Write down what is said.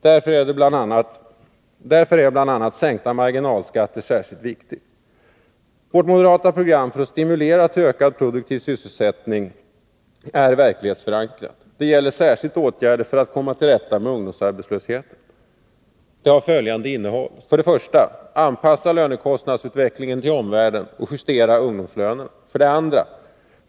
Därför är bl.a. sänkta marginalskatter särskilt viktiga. Vårt moderata program för att stimulera till ökad produktiv sysselsättning är verklighetsförankrat. Det gäller särskilt åtgärder för att komma till rätta med ungdomsarbetslösheten. Det har följande innehåll: 1. Anpassa lönekostnadsutvecklingen till omvärlden och justera ungdomslönerna! 2.